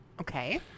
Okay